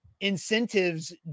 incentives